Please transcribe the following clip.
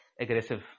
Aggressive